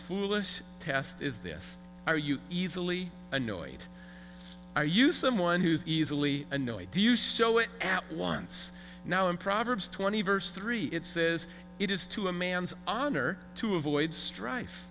foolish test is this are you easily annoyed are you someone who is easily annoyed you show it at once now in proverbs twenty verse three it says it is to a man's honor to avoid strife